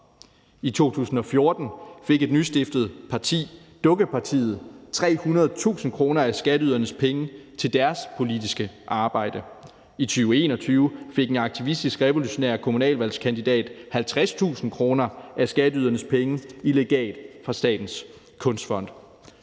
I 2014 fik et nystiftet parti, Dukkepartiet, 300.000 kr. af skatteydernes penge til deres politiske arbejde. I 2021 fik en aktivistisk revolutionær kommunalvalgskandidat 50.000 kr. af skatteydernes penge i legat fra Statens Kunstfond.